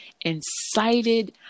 incited